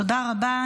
תודה רבה.